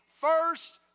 first